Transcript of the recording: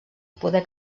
poder